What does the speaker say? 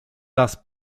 raz